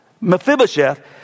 Mephibosheth